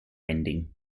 ending